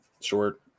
short